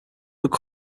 would